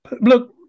Look